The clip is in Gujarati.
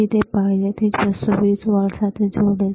તેથી તે પહેલેથી જ 220 વોલ્ટ સાથે જોડાયેલ છે